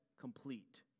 complete